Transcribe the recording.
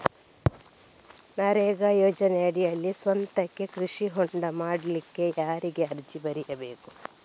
ನರೇಗಾ ಯೋಜನೆಯಡಿಯಲ್ಲಿ ಸ್ವಂತಕ್ಕೆ ಕೃಷಿ ಹೊಂಡ ಮಾಡ್ಲಿಕ್ಕೆ ಯಾರಿಗೆ ಅರ್ಜಿ ಬರಿಬೇಕು?